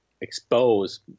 expose